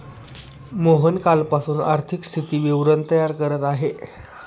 मोहन कालपासून आर्थिक स्थिती विवरण तयार करत आहे